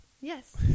Yes